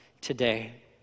today